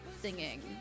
singing